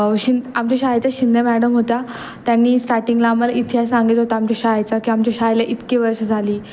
शिन आमच्या शाळेचा शिंदे मॅडम होत्या त्यांनी स्टार्टिंगला आम्हाला इतिहास सांगितला होता आमच्या शाळेचा की आमच्या शाळेला इतकी वर्षं झाली